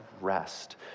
rest